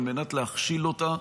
על מנת להכשיל אותה,